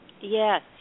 Yes